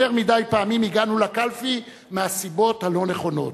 יותר מדי פעמים הגענו לקלפי מהסיבות הלא-נכונות.